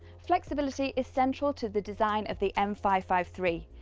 flexibility is central to the design of the m five five three.